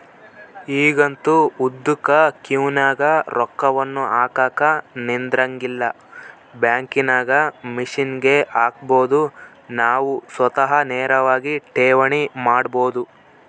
ಈಗಂತೂ ಉದ್ದುಕ ಕ್ಯೂನಗ ರೊಕ್ಕವನ್ನು ಹಾಕಕ ನಿಂದ್ರಂಗಿಲ್ಲ, ಬ್ಯಾಂಕಿನಾಗ ಮಿಷನ್ಗೆ ಹಾಕಬೊದು ನಾವು ಸ್ವತಃ ನೇರವಾಗಿ ಠೇವಣಿ ಮಾಡಬೊದು